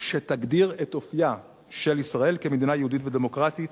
שתגדיר את אופיה של ישראל כמדינה יהודית ודמוקרטית,